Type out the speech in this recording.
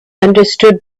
understood